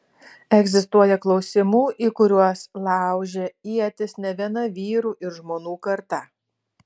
egzistuoja klausimų į kuriuos laužė ietis ne viena vyrų ir žmonų karta